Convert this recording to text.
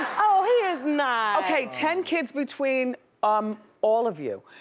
oh, he is not. okay, ten kids between um all of you.